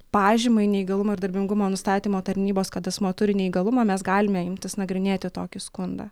pažymai neįgalumo ir darbingumo nustatymo tarnybos kad asmuo turi neįgalumą mes galime imtis nagrinėti tokį skundą